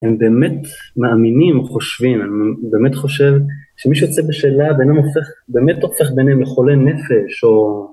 הם באמת מאמינים הם חושבים הם באמת חושב שמי שיוצא בשאלה ביניהם הופך באמת הופך ביניהם לחולי נפש או